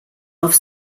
auf